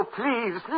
please